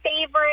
favorite